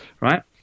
right